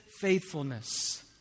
faithfulness